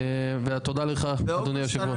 והתודה לך, אדוני יושב הראש.